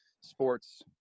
sports